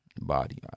Body